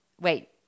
Wait